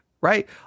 right